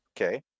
Okay